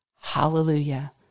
Hallelujah